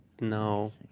No